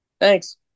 thanks